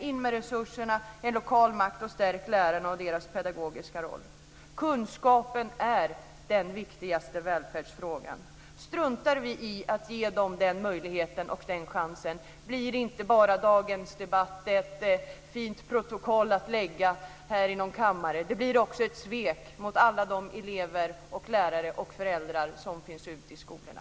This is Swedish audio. In med resurserna, ge lokal makt och stärk lärarna i deras pedagogiska roll. Kunskapen är den viktigaste välfärdsfrågan. Om vi struntar i att ge den chansen blir dagens debatt inte bara ett fint protokoll att lägga i någon kammare. Den blir också ett svek mot alla lärare, elever och föräldrar ute i skolorna.